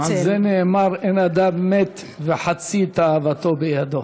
על זה נאמר אין אדם מת וחצי תאוותו בידו.